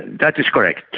that is correct,